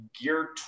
gear